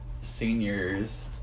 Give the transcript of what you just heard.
seniors